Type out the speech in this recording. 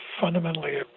fundamentally